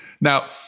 Now